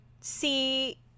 see